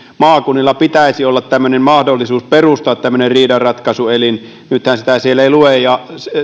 maakunnilla pitäisi olla mahdollisuus perustaa tämmöinen riidanratkaisuelin nythän sitä siellä ei lue ja